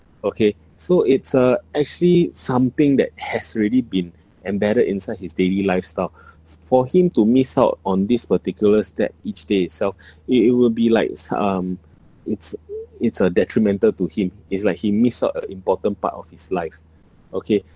okay so it's uh actually something that has already been embedded inside his daily lifestyle for him to miss out on this particular step each day itself it it will be like s~ um it's it's a detrimental to him is like he miss out a important part of his life okay